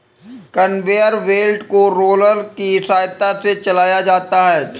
conveyor belt को roller की सहायता से चलाया जाता है